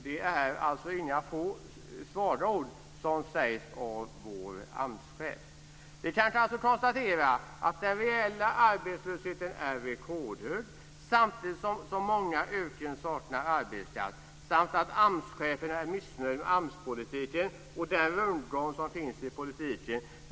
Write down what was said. Det är inga svaga ord som sägs av vår Vi kan konstatera att den reella arbetslösheten är rekordhög samtidigt som så många yrken saknar arbetskraft samt att AMS-chefen är missnöjd med AMS-politiken och den rundgång som finns i politiken.